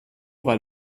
weil